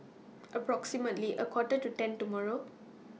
approximately A Quarter to ten tomorrow